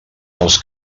els